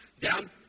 down